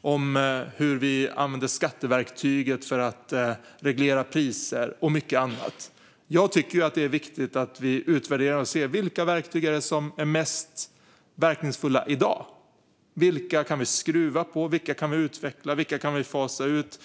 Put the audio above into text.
om hur vi använder skatteverktyget för att reglera priser och om mycket annat. Jag tycker att det är viktigt att vi utvärderar och ser vilka verktyg som är mest verkningsfulla i dag. Vilka kan vi skruva på? Vilka kan vi utveckla? Vilka kan vi fasa ut?